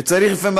וצריך לפעמים,